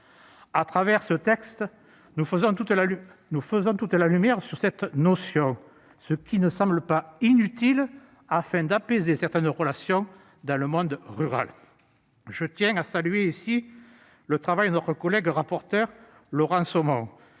Au travers de ce texte, nous faisons toute la lumière sur cette notion, ce qui ne semble pas inutile, afin d'apaiser certaines relations dans le monde rural. Je tiens à saluer ici le travail de notre collègue rapporteur, Laurent Somon,